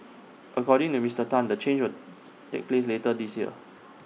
according to Mister Tan the change will take place later this year